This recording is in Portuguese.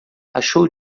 achou